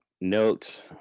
notes